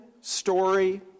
story